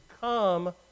come